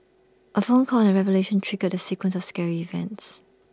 A phone call and A revelation triggered the sequence of scary events